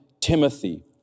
Timothy